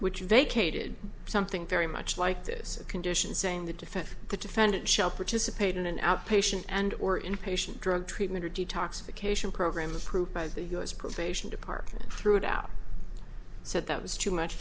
which vacated something very much like this condition saying the defense the defendant shall participate in an outpatient and or inpatient drug treatment or detoxification program approved by the u s probation department threw it out so that was too much